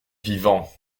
vivant